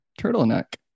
turtleneck